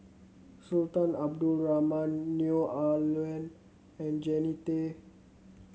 Sultan Abdul Rahman Neo Ah Luan and Jannie Tay